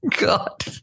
God